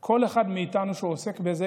וכל אלו העוסקים בזה.